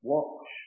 Watch